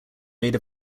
made